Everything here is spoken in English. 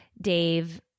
Dave